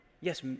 Yes